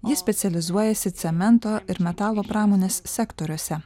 ji specializuojasi cemento ir metalo pramonės sektoriuose